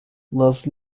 love